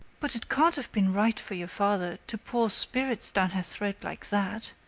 but it can't have been right for your father to pour spirits down her throat like that.